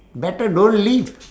better don't leave